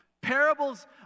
Parables